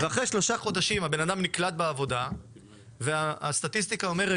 ואחרי שלושה חודשים הבן אדם נקלט בעבודה והסטטיסטיקה אומרת